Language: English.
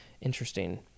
Interesting